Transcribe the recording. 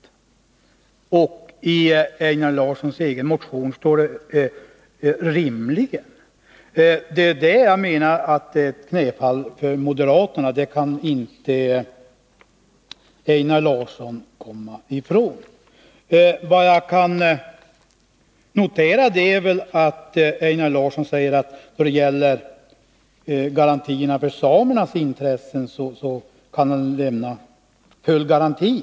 I Einar Larssons motion står det att undantag skall kunna medges om detta krav inte ”rimligen” kan tillgodoses. Det är detta jag menar är ett knäfall för moderaterna, och det kan inte Einar Larsson komma ifrån. Jag har dock noterat att Einar Larsson sade att han då det gäller samernas intressen kan lämna full garanti.